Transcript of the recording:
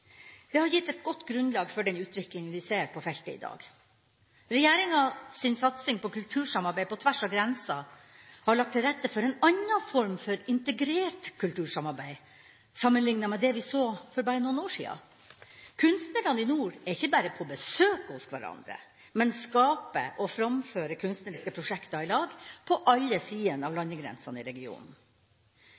Det har gitt et godt grunnlag for den utviklinga vi ser på feltet i dag. Regjeringas satsing på kultursamarbeid på tvers av grenser har lagt til rette for en annen form for integrert kultursamarbeid sammenlignet med det vi så for bare noen år siden. Kunstnerne i nord er ikke bare på besøk hos hverandre, men skaper og framfører kunstneriske prosjekter sammen – på alle sidene av landegrensene i regionen.